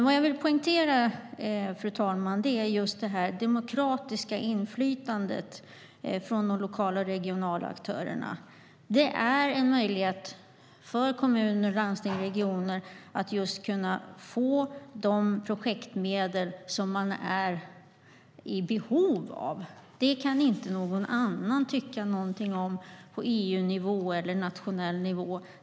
Vad jag vill poängtera är just det demokratiska inflytandet från de lokala och regionala aktörerna. Det är en möjlighet för kommuner, landsting och regioner att få de projektmedel som de är i behov av. Det kan inte någon annan tycka något om på EU-nivå eller nationell nivå.